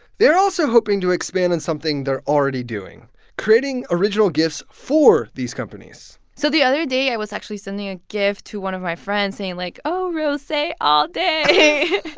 they're also hoping to expand on something they're already doing creating original gifs for these companies so the other day i was actually sending a gif to one of my friends saying like, oh, rose all day. and,